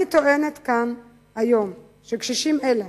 אני טוענת כאן היום שקשישים אלו,